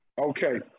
Okay